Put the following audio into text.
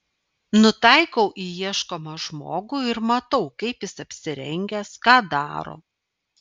nutaikau į ieškomą žmogų ir matau kaip jis apsirengęs ką daro